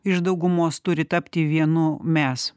iš daugumos turi tapti vienu mes